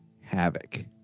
havoc